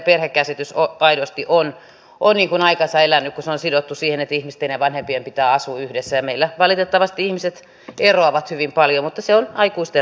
kyllä se meidän perhekäsityksemme aidosti on aikansa elänyt koska se on sidottu siihen että ihmisten ja vanhempien pitää asua yhdessä ja meillä valitettavasti ihmiset eroavat hyvin paljon mutta se on aikuisten ratkaisu